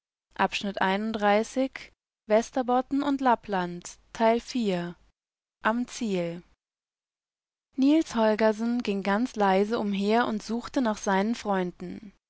er war am ziel imnächstenaugenblickwürdeerdengänserichmartinundakkaundalledie reisekameradenwiedersehen amziel niels holgersen ging ganz leise umher und suchte nach seinen freunden